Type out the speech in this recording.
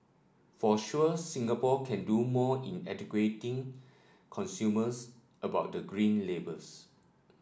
for sure Singapore can do more in educating consumers about the Green Labels